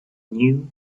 knew